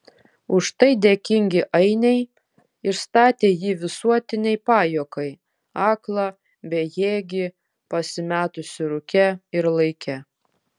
už tai dėkingi ainiai išstatė jį visuotinei pajuokai aklą bejėgį pasimetusį rūke ir laike